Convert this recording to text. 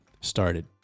started